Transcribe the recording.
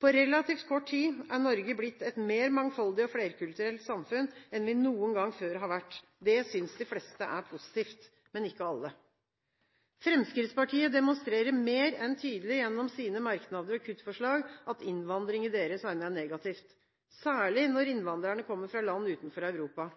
På relativt kort tid er Norge blitt et mer mangfoldig og flerkulturelt samfunn enn vi noen gang før har vært. Det synes de fleste er positivt. Men ikke alle: Fremskrittspartiet demonstrerer mer enn tydelig gjennom sine merknader og kuttforslag at innvandring i deres øyne er negativt, særlig når innvandrerne kommer fra land utenfor Europa.